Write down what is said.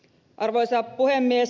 arvoisa puhemies